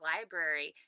Library